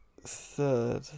third